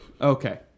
okay